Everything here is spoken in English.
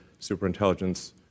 superintelligence